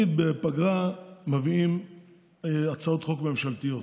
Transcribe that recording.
בפגרה תמיד מביאים הצעות חוק ממשלתיות,